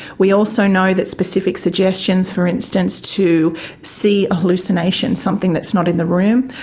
we also know that specific suggestions, for instance, to see a hallucination, something that's not in the room,